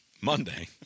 Monday